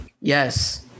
Yes